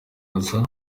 aza